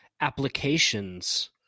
applications